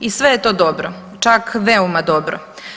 I sve je to dobro, čak veoma dobro.